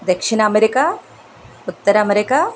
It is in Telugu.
దక్షిణ అమెరికా ఉత్తర అమెరికా